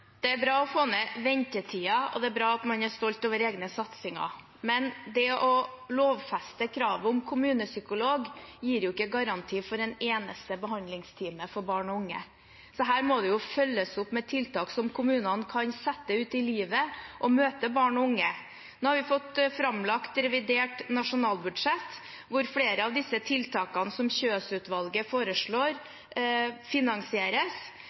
Det blir oppfølgingsspørsmål – først Ingvild Kjerkol. Det er bra å få ned ventetiden, og det er bra at man er stolt over egne satsinger, men det å lovfeste kravet om kommunepsykolog gir jo ikke garanti for en eneste behandlingstime for barn og unge. Her må det følges opp med tiltak som kommunene kan sette ut i livet, og som kan møte barn og unge. Nå har vi fått framlagt revidert nasjonalbudsjett, hvor flere av tiltakene som Kjøs-utvalget foreslår, finansieres,